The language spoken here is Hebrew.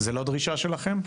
זו לא דרישה שלכם?